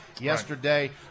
yesterday